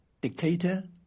dictator